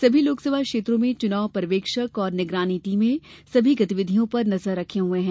सभी लोकसभा क्षेत्रों में चुनाव पर्यवेक्षक और निगरानी टीमें सभी गतिविधियों पर नजर रखे हुए है